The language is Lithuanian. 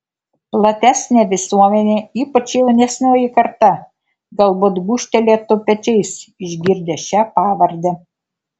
platesnė visuomenė ypač jaunesnioji karta galbūt gūžtelėtų pečiais išgirdę šią pavardę